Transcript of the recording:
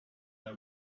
have